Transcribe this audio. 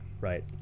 Right